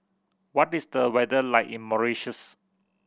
what is the weather like in Mauritius